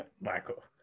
Michael